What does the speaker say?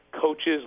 coaches